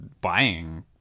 buying